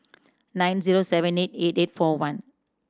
nine zero seven eight eight eight four one